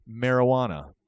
marijuana